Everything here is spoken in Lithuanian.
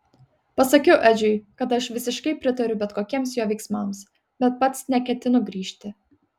pasakiau edžiui kad aš visiškai pritariu bet kokiems jo veiksmams bet pats neketinu grįžti